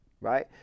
right